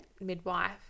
midwife